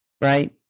Right